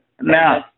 Now